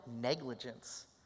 negligence